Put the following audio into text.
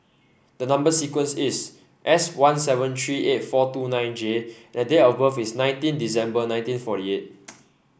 the number sequence is S one seven three eight four two nine J and date of birth is twenty nine December nineteen forty eight